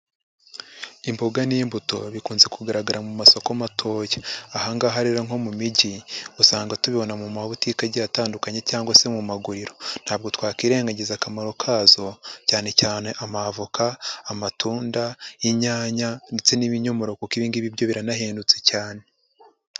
Imboga n'imbuto bikunze kugaragara mu masoko matoya, aha ngaha rero nko mu mijyi usanga tubibona mu mabutike agiye atandukanye cyangwa se mu maguriro ntabwo twakirengagiza akamaro kazo cyane cyane amavoka, amatunda, inyanya ndetse n'ibinyomoro kuko ibi ngibi byo biranahendutse cyane.